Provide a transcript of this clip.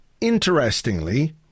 Interestingly